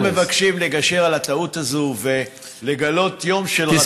אנחנו מבקשים לגשר על הטעות הזו ולגלות יום של רצון טוב.